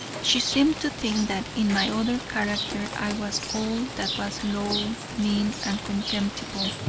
she seemed to think that in my other character i was all that was low, mean and contemptible,